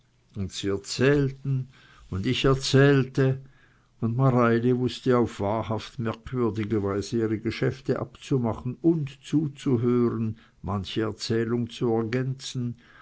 sie erzählten und ich erzählte und mareili wußte auf wahrhaft merkwürdige weise ihre geschäfte abzumachen und zuzuhören manche erzählung zu ergänzen